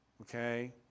okay